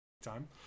time